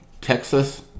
Texas